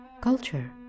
culture